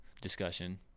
discussion